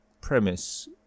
premise